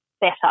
better